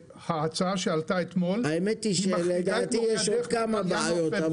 האמת שלדעתי יש עוד כמה בעיות,